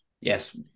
Yes